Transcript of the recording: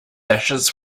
ashes